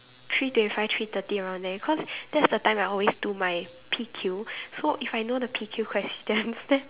three twenty five three thirty around there cause that's the time I always do my P_Q so if I know the P_Q questions then